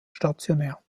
stationär